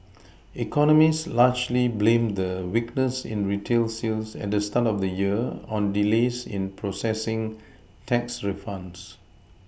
economists largely blame the weakness in retail sales at the start of the year on delays in processing tax refunds